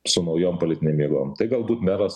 su naujom politinėm jėgom tai galbūt meras